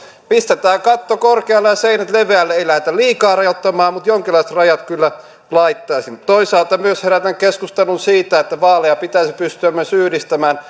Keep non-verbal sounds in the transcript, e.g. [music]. pistetään katto korkealle ja seinät leveälle ei lähdetä liikaa rajoittamaan mutta jonkinlaiset rajat kyllä laittaisin toisaalta myös herätän keskustelun siitä että vaaleja pitäisi pystyä myös yhdistämään [unintelligible]